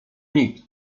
nikt